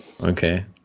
Okay